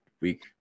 week